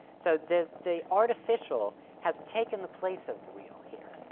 so, the the artificial has taken the place of the real here,